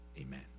Amen